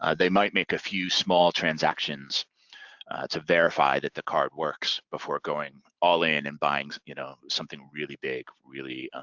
ah they might make a few small transactions to verify that the card works before going all in and buying you know something really big, really